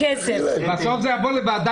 אנחנו הפה שלהם וגם אתה,